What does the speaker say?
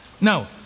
No